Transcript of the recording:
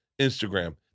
instagram